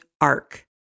Arc